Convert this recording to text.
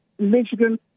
Michigan